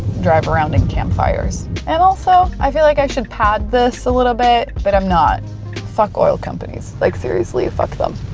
drive around in camp fires. and also, i feel like i should pad this a little bit, but i'm not fuck oil companies. like seriously, fuck them.